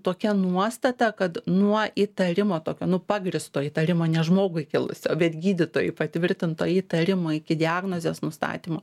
tokia nuostata kad nuo įtarimo tokio nu pagrįsto įtarimo ne žmogui kilusio bet gydytojui patvirtinto įtarimo iki diagnozės nustatymo